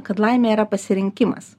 kad laimė yra pasirinkimas